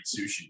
sushi